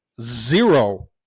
zero